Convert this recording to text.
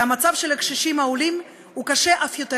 והמצב של הקשישים העולים קשה אף יותר,